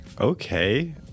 Okay